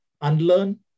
unlearn